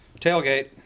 tailgate